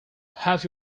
have